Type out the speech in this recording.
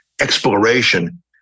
exploration